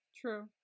True